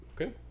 okay